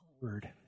word